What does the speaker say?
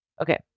Okay